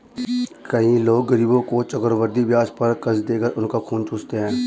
कई लोग गरीबों को चक्रवृद्धि ब्याज पर कर्ज देकर उनका खून चूसते हैं